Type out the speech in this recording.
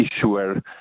issuer